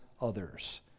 others